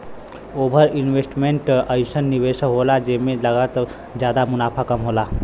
over investment अइसन निवेस होला जेमे लागत जादा मुनाफ़ा कम होला